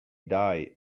die